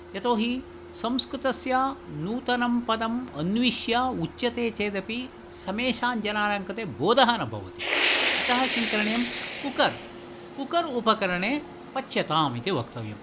यतो हि संस्कृतस्य नूतनं पदम् अन्विष्य उच्यते चेदपि समेषां जनानां कृते बोधः न भवति अतः किं करणीयं कुकर् कुकर् उपकरणे पच्यताम् इति वक्तव्यम्